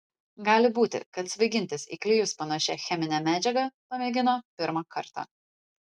gali būti kad svaigintis į klijus panašia chemine medžiaga pamėgino pirmą kartą